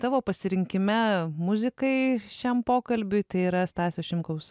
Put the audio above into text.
tavo pasirinkime muzikai šiam pokalbiui tai yra stasio šimkaus